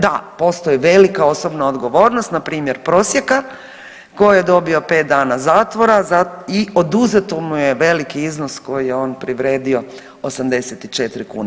Da, postoji velika osobna odgovornost na primjer prosjeka tko je dobio 5 dana zatvora i oduzet mu je veliki iznos koji je on privredio 84 kune.